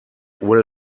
will